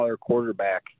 quarterback